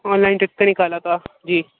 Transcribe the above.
on line trip پہ نکالا تھا جی